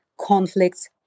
conflicts